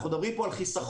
אנחנו מדברים פה על חיסכון,